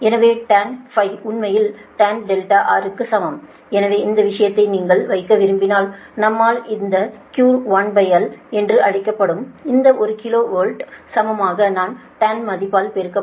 எனவே tan உண்மையில்tan R க்கு சமம் எனவே இந்த விஷயத்தை நீங்கள் வைக்க விரும்பினால் நம்மால் இந்த QL1 என்று அழைக்கப்படும் இந்த ஒரு கிலோ வோல்ட்டுக்கு சமமாக இந்த டான் மதிப்பால் பெருக்கப்படும்